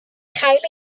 chael